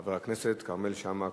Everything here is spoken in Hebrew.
חבר הכנסת כרמל שאמה-הכהן.